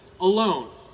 alone